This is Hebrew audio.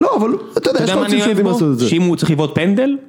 לא אבל, אתה יודע שכל ציונים עושים את זה. ואם הוא צריך לבוא את פנדל?